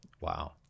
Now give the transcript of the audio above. Wow